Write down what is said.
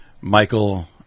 Michael